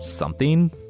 Something